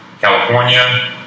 California